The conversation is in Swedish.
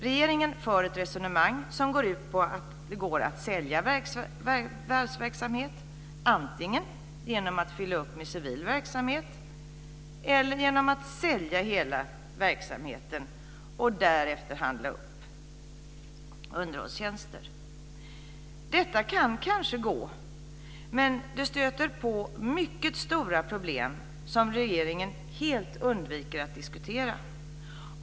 Regeringen för ett resonemang som går ut på att det går att behålla varvsverksamhet antingen genom att fylla upp med civil verksamhet eller genom att sälja hela verksamheten och därefter handla upp underhållstjänster. Detta kan kanske gå, men det stöter på mycket stora problem som regeringen helt undviker att diskutera.